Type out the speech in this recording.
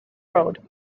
road